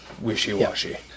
wishy-washy